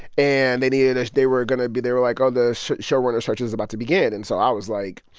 and they needed a they were going to be they were like, ah the showrunner search is about to begin. and so i was like,